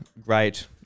great